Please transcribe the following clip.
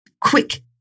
quick